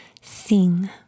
sing